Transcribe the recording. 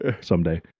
someday